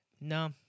no